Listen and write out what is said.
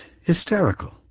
hysterical